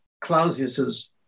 Clausius's